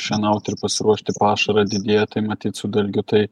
šienauti ir pasiruošti pašarą didėja tai matyt su dalgiu tai